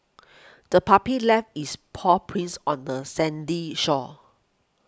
the puppy left its paw prints on the sandy shore